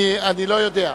אני לא יודע.